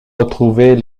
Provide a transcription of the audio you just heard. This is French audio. retrouver